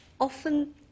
often